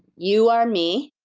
you are me,